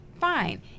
fine